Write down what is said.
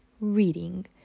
reading